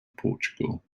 portugal